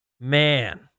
Man